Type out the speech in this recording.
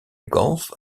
golf